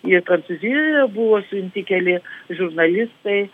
ir prancūzijoje buvo suimti keli žurnalistai